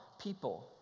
people